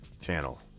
channel